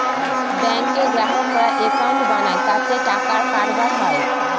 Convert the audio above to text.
ব্যাঙ্কে গ্রাহকরা একাউন্ট বানায় তাতে টাকার কারবার হয়